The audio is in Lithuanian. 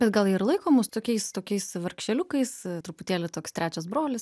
bet gal jie ir laiko mus tokiais tokiais vargšeliukais truputėlį toks trečias brolis